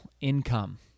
income